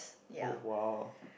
oh !wow!